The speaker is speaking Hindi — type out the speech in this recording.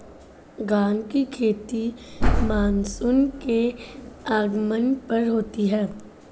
धान की खेती मानसून के आगमन पर होती है